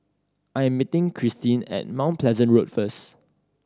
I'm meeting Cristine at Mount Pleasant Road first